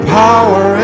power